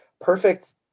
perfect